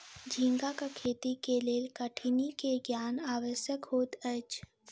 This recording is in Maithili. झींगाक खेती के लेल कठिनी के ज्ञान आवश्यक होइत अछि